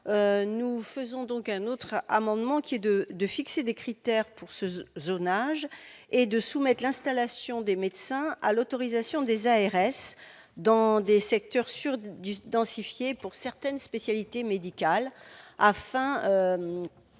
nous faisons donc un autre. Amendement qui est de de fixer des critères pour ce zonage et de soumettre l'installation des médecins à l'autorisation des ARS dans des secteurs sur Dudus densifier pour certaines spécialités médicales. Afin